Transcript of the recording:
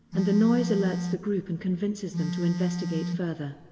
and the noise alerts the group and convinces them to investigate further.